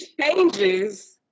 changes